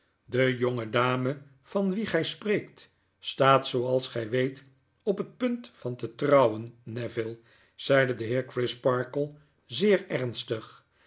de jonge dame van wie gij spreekt staat zooals gy weet op het punt van te trouwen neville zeide de heer crisparkle zeer ernstig